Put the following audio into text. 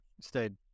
stayed